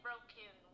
broken